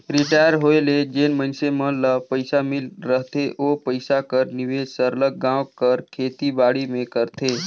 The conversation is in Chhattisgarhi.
रिटायर होए ले जेन मइनसे मन ल पइसा मिल रहथे ओ पइसा कर निवेस सरलग गाँव कर खेती बाड़ी में करथे